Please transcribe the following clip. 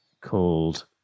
called